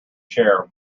chair